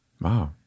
wow